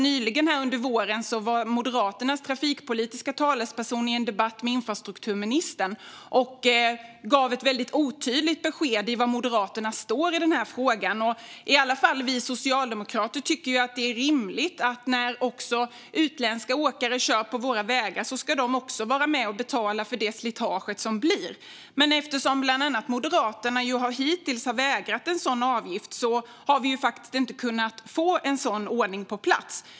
Nyligen var ju Moderaternas trafikpolitiska talesperson i debatt med infrastrukturministern och gav ett väldigt otydligt besked om var Moderaterna står i den här frågan. Åtminstone vi socialdemokrater tycker att det är rimligt att när utländska åkare kör på våra vägar ska de vara med och betala för det slitage som blir. Men eftersom bland annat Moderaterna hittills har vägrat att gå med på en sådan avgift har vi hittills inte kunnat få någon sådan ordning på plats.